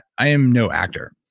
i am no actor.